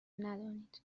ندانید